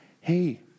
hey